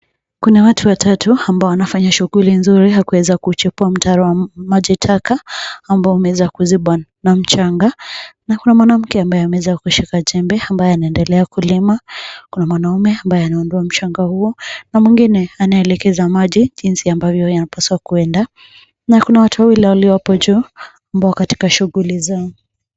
Kuna watu watatu ambao wanafanya shughuli nzuri ya kuweza kujukua mtaro wa maji taka ambao imeweza kuzipa na mchanga na kuna mwanamke ambaye ameweza kushika jembe ambaye anaendelea kulima, kuna mwanaume anaonekana mchanga huyu na mwanaume mwingine anaelekeza maji jinsi ambavyo anaeza kuenda na kuna watu wawili macho ambao wako katika shughuli zao.